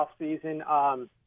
offseason